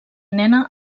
nena